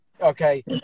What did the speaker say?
okay